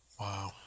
Wow